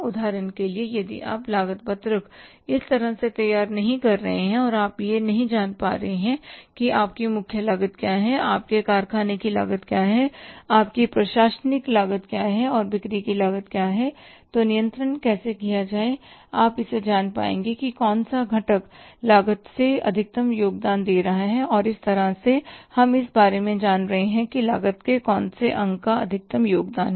उदाहरण के लिए यदि आप लागत पत्रक इस तरह से तैयार नहीं कर रहे हैं और आप यह नहीं जान रहे हैं कि आपकी मुख्य लागत क्या है आपके कारखाने की लागत क्या है आपकी प्रशासनिक लागत क्या है और बिक्री की लागत क्या है तो नियंत्रण कैसे किया जाए आप इसे जान पाएंगे कि कौन सा घटक लागत में अधिकतम योगदान दे रहा है तो इस तरह से हम इस बारे में जान रहे हैं कि लागत के कौन से अंग का अधिकतम योगदान हैं